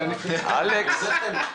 אלכס,